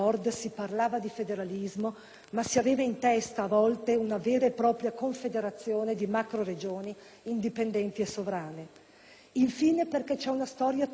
ma si aveva in testa a volte una vera e propria confederazione di macro Regioni indipendenti e sovrane. Infine, perché c'è una storia tutta nostra su queste tematiche.